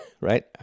right